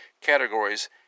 categories